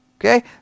Okay